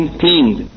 cleaned